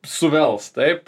suvels taip